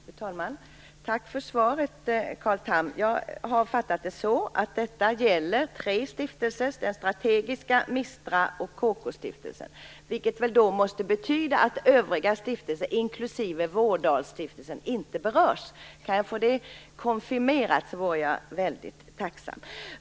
Fru talman! Tack för svaret, Carl Tham. Jag har uppfattat det så att detta gäller tre stiftelser: Strategiska stiftelsen, Mistra och Kokostiftelsen. Det måste betyda att övriga stiftelser, inklusive Vårdalstiftelsen, inte berörs. Kan jag få det konfirmerat vore jag väldigt tacksam.